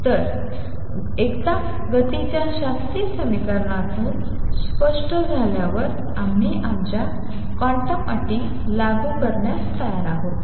तर एकदा गतीच्या शास्त्रीय समीकरणातून स्पष्ट झाल्यावर आम्ही आमच्या क्वांटम अटी लागू करण्यास तयार आहोत